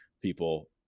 people